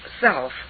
self